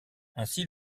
ainsi